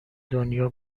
دنیا